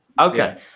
Okay